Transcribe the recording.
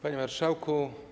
Panie Marszałku!